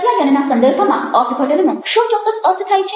પ્રત્યાયનના સંદર્ભમાં અર્થઘટનનો શો ચોક્કસ અર્થ થાય છે